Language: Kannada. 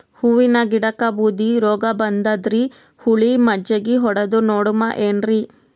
ಹೂವಿನ ಗಿಡಕ್ಕ ಬೂದಿ ರೋಗಬಂದದರಿ, ಹುಳಿ ಮಜ್ಜಗಿ ಹೊಡದು ನೋಡಮ ಏನ್ರೀ?